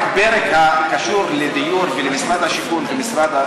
רק פרק הקשור לדיור ולמשרד השיכון ומשרד,